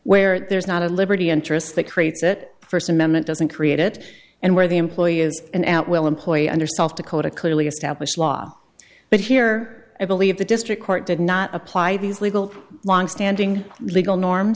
where there's not a liberty interest that creates it first amendment doesn't create it and where the employee is an at will employee under south dakota clearly established law but here i believe the district court did not apply these legal longstanding legal norm